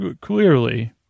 clearly